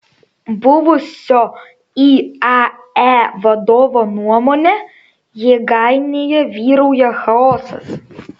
buvusio iae vadovo nuomone jėgainėje vyrauja chaosas